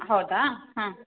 ಹೌದಾ ಹಾಂ